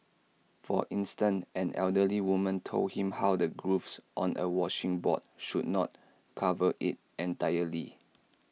for instant an elderly woman told him how the grooves on A washing board should not cover IT entirely